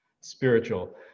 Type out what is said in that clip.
spiritual